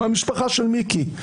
מהמשפחה של מיקי,